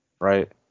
Right